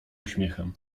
uśmiechem